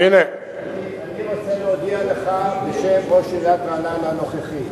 אני רוצה להודיע לך בשם ראש עיריית רעננה הנוכחי: